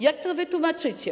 Jak to wytłumaczycie?